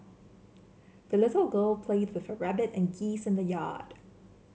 the little girl played with her rabbit and geese in the yard